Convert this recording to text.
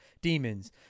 Demons